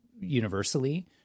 universally